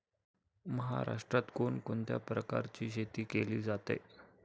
महाराष्ट्रात कोण कोणत्या प्रकारची शेती केली जाते?